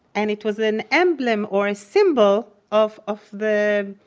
and it was an emblem or a symbol of, of the,